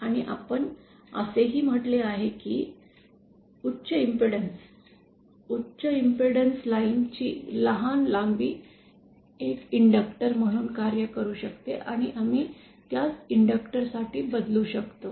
आणि आपण असेही म्हटले आहे की उच्च इम्पेडन्स उच्च इम्पेडन्स लाइन ची लहान लांबी एक इंडक्टर् म्हणून कार्य करू शकते आणि आम्ही त्यास इंडक्टक्टर साठी बदलू शकतो